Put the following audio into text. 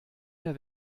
mehr